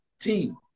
team